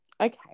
okay